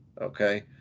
okay